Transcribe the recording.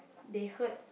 they heard